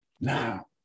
Now